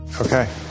Okay